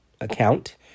account